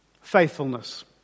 Faithfulness